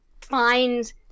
find